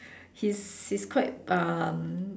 he's he's quite um